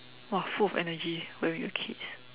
!wah! full of energy when we were kids